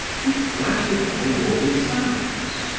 to gratify your desires.